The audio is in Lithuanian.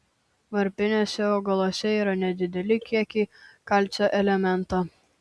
varpiniuose augaluose yra nedideli kiekiai kalcio elemento